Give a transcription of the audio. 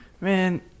Man